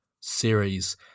series